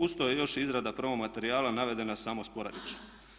Uz to je još i izrada promo materijala navedena samo sporadično.